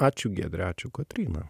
ačiū giedre ačiū kotryna